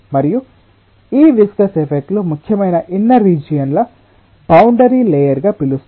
మరియు ఈ viscous effect లు ముఖ్యమైన ఇన్నర్ రీజియన్ ల బౌండరీ లేయర్ గా పిలుస్తారు